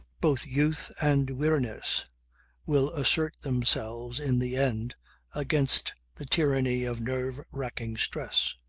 both youth and weariness will assert themselves in the end against the tyranny of nerve-racking stress.